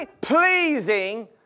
pleasing